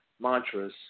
mantras